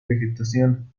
vegetación